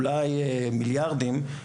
אולי מיליארדים,